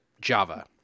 Java